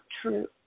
true